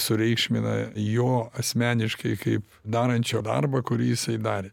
sureikšmina jo asmeniškai kaip darančio darbą kurį jisai darė